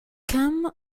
come